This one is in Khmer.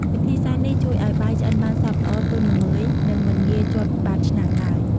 វិធីសាស្ត្រនេះ ជួយឲ្យបាយឆ្អិនបានសព្វល្អ ទន់ល្មើយ និងមិនងាយជាប់បាតឆ្នាំងឡើយ។